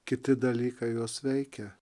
kiti dalykai juos veikia